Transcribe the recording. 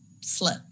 slip